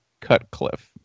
Cutcliffe